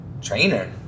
Trainer